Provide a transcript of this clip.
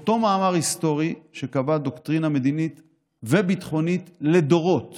באותו מאמר היסטורי שקבע דוקטרינה מדינית וביטחונית לדורות